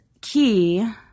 key